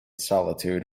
solitude